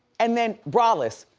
and then braless,